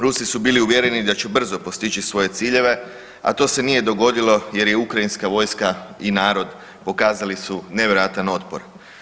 Rusi su bili uvjereni da će brzo postići svoje ciljeve, a to se nije dogodilo jer je ukrajinska vojska i narod pokazali su nevjerojatan otpor.